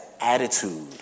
attitude